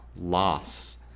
loss